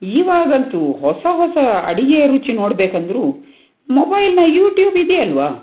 ಈವಾಗಂತೂ ಹೊಸ ಹೊಸ ಅಡಿಗೆ ರುಚಿ ನೋಡಬೇಕಂದ್ರೂ ಮೊಬೈಲ್ನ ಯೂಟ್ಯೂಬ್ ಇದೆಯಲ್ವಾ